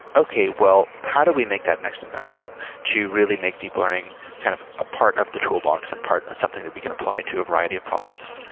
okay. well, how do we make that next investment to really make deep learning kind of a part of the toolbox and and something that we can apply to a variety of problems?